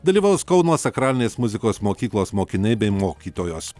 dalyvaus kauno sakralinės muzikos mokyklos mokiniai bei mokytojos